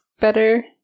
better